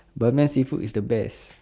ban mian seafood is the best